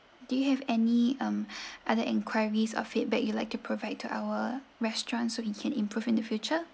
do you have any um other enquiries or feedback you like to provide to our restaurants so we can improve in the future